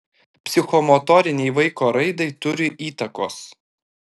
psichomotorinei vaiko raidai turi įtakos